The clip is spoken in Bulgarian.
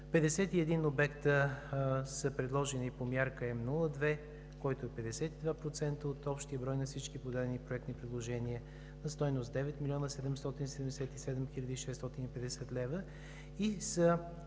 51 обекта са предложени по Мярка М02, което е 52% от общия брой на всички подадени проектни предложения на стойност 9 млн. 777 хил. 650 лв.; и са